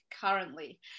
currently